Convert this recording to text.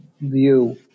view